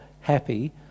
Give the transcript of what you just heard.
happy